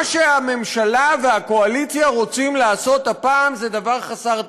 מה שהממשלה והקואליציה רוצות לעשות הפעם זה דבר חסר תקדים: